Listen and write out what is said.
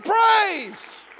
praise